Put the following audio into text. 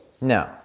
No